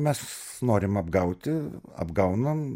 mes norim apgauti apgaunam